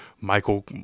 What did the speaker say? Michael